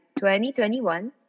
2021